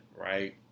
right